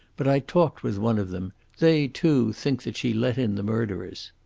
but i talked with one of them. they, too, think that she let in the murderers.